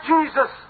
Jesus